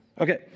Okay